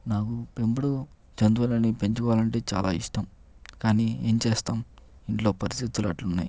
నాకు పెంపుడు జంతువులని పెంచుకోవాలంటే చాలా ఇష్టం కానీ ఏం చేస్తాం ఇంట్లో పరిస్థితులు అట్లున్నాయి